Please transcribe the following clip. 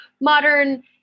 modern